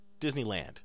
Disneyland